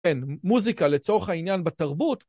כן, מוזיקה, לצורך העניין, בתרבות.